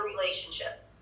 relationship